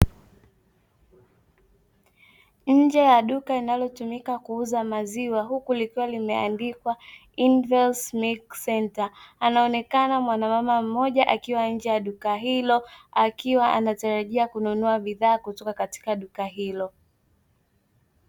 Nje ya duka linalotumika kuuza maziwa huku likiwa limeandikwa "inivelsi milki senta" anaonekana mwanamama mmoja akiwa nje ya duka hilo, akiwa anatarajia kununua bidhaa kutoka katika duka hilo.